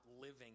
living